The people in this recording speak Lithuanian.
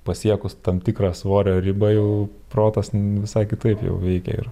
pasiekus tam tikrą svorio ribą jau protas visai kitaip jau veikia ir